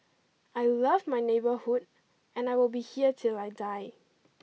I love my neighbourhood and I will be here till I die